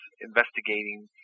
investigating